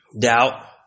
doubt